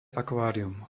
akvárium